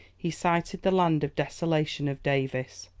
he sighted the land of desolation of davis,